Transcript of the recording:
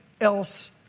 else